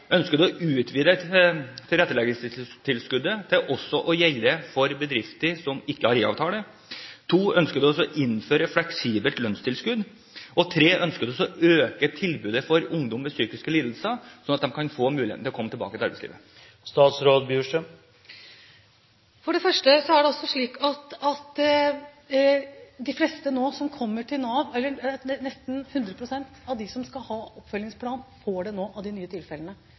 å utvide tilretteleggingstilskuddet til også å gjelde for bedrifter som ikke har IA-avtale? Ønsker hun å innføre fleksibelt lønnstilskudd? Ønsker hun å øke tilbudet for ungdom med psykiske lidelser, sånn at de kan få mulighet til å komme tilbake til arbeidslivet? For det første er det altså slik at de fleste – eller nesten 100 pst. – av de nye tilfellene som nå kommer til Nav, og som skal ha oppfølgingsplan, får det.